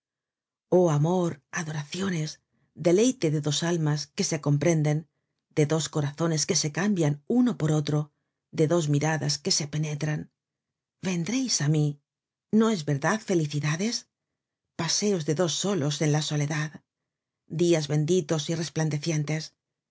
oh amor adoraciones deleite de dos almas que se comprenden de dos corazones que se cambian uno por otro de dos miradas que se penetran vendreis á mí no es verdad felicidades paseos de dos solos en la soledad dias benditos y resplandecientes